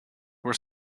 were